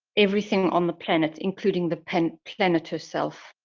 everything on the planet, including the and planet herself.